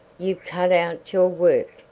you've cut out your work,